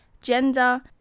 gender